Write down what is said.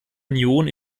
union